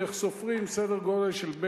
סדר גודל של,